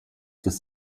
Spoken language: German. des